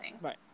Right